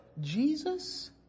Jesus